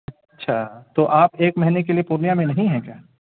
اچھا تو آپ ایک مہینے کے لیے پورنیا میں نہیں ہیں کیا